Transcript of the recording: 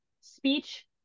speech